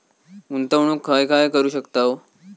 गुंतवणूक खय खय करू शकतव?